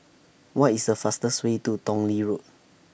What IS The fastest Way to Tong Lee Road